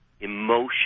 emotion